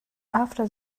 after